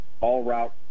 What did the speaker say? all-route